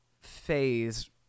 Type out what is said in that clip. phase